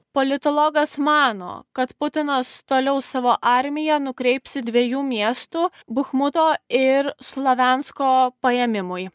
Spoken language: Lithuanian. politologas mano kad putinas toliau savo armiją nukreips į dviejų miestų buchmuto ir sloviansko paėmimui